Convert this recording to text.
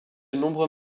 nombreux